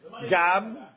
Gam